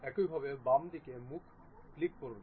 একইভাবে বাম দিকে মুখ ক্লিক করুন